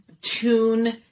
tune